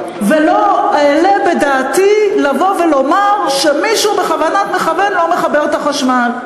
ולא אעלה בדעתי לבוא ולומר שמישהו בכוונת מכוון לא מחבר את החשמל.